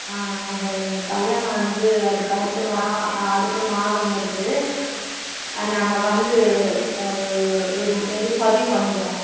ஆ சரிங்க கல்யாணம் வந்து அதுக்கு அடுத்து மா ஆ அடுத்த மாதம் வருது நாங்கள் வந்து இது இது பதிவு பண்ணிக்கிறோம்